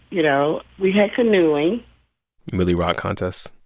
you know? we had canoeing milly rock contest?